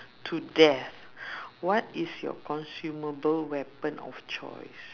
to death what is your consumable weapon of choice